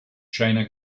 china